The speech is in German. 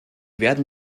werden